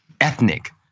ethnic